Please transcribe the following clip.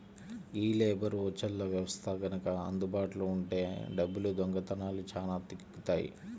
యీ లేబర్ ఓచర్ల వ్యవస్థ గనక అందుబాటులో ఉంటే డబ్బుల దొంగతనాలు చానా తగ్గుతియ్యి